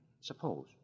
Suppose